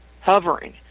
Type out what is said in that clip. hovering